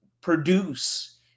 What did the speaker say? produce